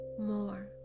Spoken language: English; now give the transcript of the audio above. more